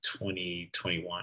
2021